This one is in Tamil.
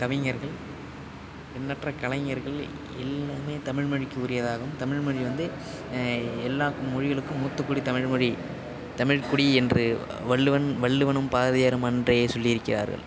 கவிஞர்கள் எண்ணற்ற கலைஞர்கள் எல்லாமே தமிழ்மொழிக்கு உரியதாகவும் தமிழ்மொழி வந்து எல்லா மொழிகளுக்கும் மூத்தகுடி தமிழ்மொழி தமிழ்குடி என்று வள்ளுவன் வள்ளுவனும் பாரதியாரும் அன்றே சொல்லி இருக்கின்றார்கள்